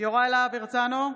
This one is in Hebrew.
יוראי להב הרצנו,